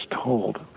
told